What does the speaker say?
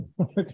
Okay